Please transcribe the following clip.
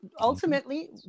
ultimately